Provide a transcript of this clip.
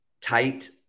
tight